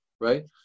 right